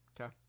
Okay